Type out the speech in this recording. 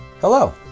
Hello